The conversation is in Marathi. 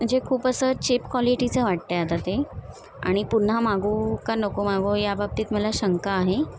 म्हणजे खूप असं चिप क्वालिटीचं वाटतं आहे आता ते आणि पुन्हा मागवू का नको मागवू याबाबतीत मला शंका आहे